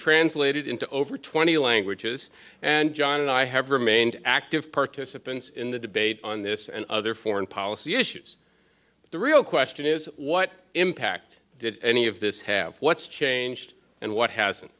translated into over twenty languages and john and i have remained active participants in the debate on this and other foreign policy issues the real question is what impact did any of this have what's changed and what hasn't